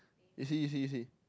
you see you see you see